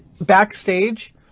backstage